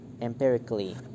empirically